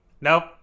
nope